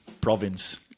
province